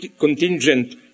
contingent